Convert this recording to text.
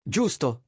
Giusto